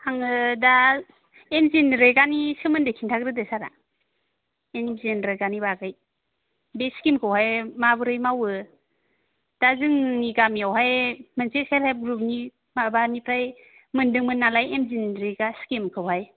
आङो दा M G N रेगा नि सोमोन्दै खिथाग्रोदो सारआ एम जि एन रेगानि बागै बे स्किमखौहाय माबोरै मावो दा जोंनि गामियावहाय मोनसे सेल्फ हेल्प ग्रुपनि माबानिफ्राय मोनदोंमोन नालाय एम जि एन रेगा स्किमखौहाय